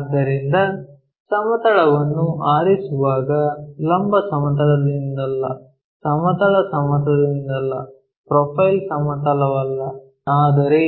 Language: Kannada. ಆದ್ದರಿಂದ ಸಮತಲವನ್ನು ಆರಿಸುವಾಗ ಲಂಬ ಸಮತಲದಿಂದಲ್ಲ ಸಮತಲ ಸಮತಲದಿಂದಲ್ಲ ಪ್ರೊಫೈಲ್ ಸಮತಲವಲ್ಲ ಆದರೆ